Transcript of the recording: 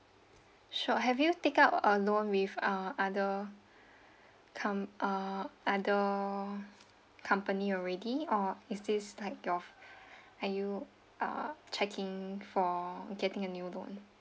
sure have you take up a loan with uh other com~ uh other company already or is this like your are you uh checking for getting a new loan